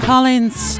Collins